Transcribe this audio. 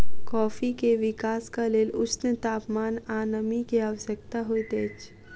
coffee के विकासक लेल ऊष्ण तापमान आ नमी के आवश्यकता होइत अछि